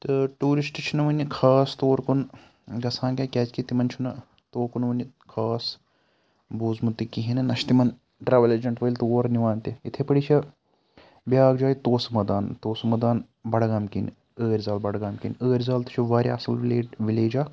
تہٕ ٹورسٹ چھِ نہٕ وٕنہِ خاص تور کُن گَژھان کینٛہہ کیازکہِ تِمَن چھُ نہٕ توکُن وٕنہٕ خاص بوٗزمُت تہِ کِہیٖنۍ نہٕ نہَ چھِ تِمَن ٹریول ایٚجَنٛٹ وٲلۍ تور نِوان تہِ یِتھے پٲٹھۍ چھِ بیاکھ جاے توسہ میدان توسہ میدان بَڈگام کِن ٲرزَل بَڈگام کِن ٲرزَل بَڈگام تہِ چھُ واریاہ اَصل وِلیج اکھ